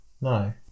No